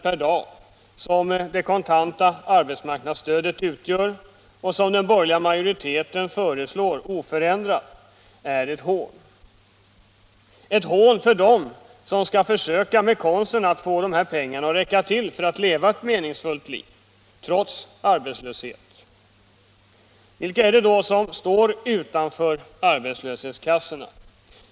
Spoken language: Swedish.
per dag som det kontanta arbetsmarknadsstödet utgör - en summa som enligt den borgerliga majoritetens förslag skall kvarstå oförändrad — är ett hån mot dem som skall försöka med konsten att få dessa pengar att räcka till för att leva ett meningsfullt liv, trots arbetslöshet. Vilka är det då som står utanför arbetslöshetskassorna?